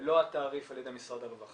מלוא התעריף על ידי משרד הרווחה